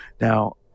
Now